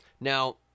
Now